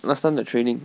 last time the training